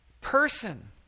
Person